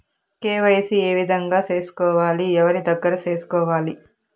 KYC ఏ విధంగా సేసుకోవాలి? ఎవరి దగ్గర సేసుకోవాలి?